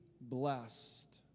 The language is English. blessed